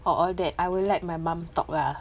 or all that I will let my mum talk lah